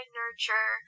nurture